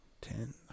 Ten